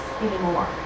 anymore